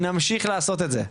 ונמשיך לעשות את זה.